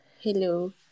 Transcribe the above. Hello